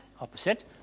Opposite